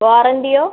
വാറണ്ടിയോ